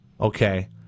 okay